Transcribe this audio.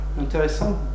intéressant